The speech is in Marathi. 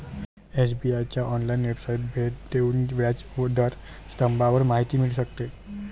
एस.बी.आए च्या ऑनलाइन वेबसाइटला भेट देऊन व्याज दर स्तंभावर माहिती मिळू शकते